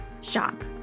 shop